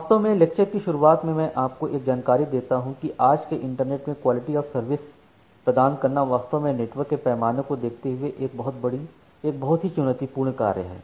वास्तव में लेक्चर की शुरुआत में मैं आपको एक जानकारी देता हूं कि आज के इंटरनेट में क्वालिटी ऑफ़ सर्विस प्रदान करना वास्तव में नेटवर्क के पैमाने को देखते हुए एक बहुत ही चुनौती पूर्ण कार्य है